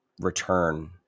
return